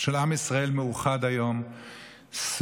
של עם ישראל מאוחד היום סביב